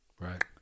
Right